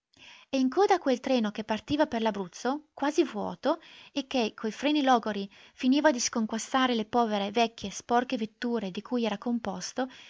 e in coda a quel treno che partiva per l'abruzzo quasi vuoto e che coi freni logori finiva di sconquassare le povere vecchie sporche vetture di cui era composto